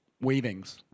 weavings